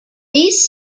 these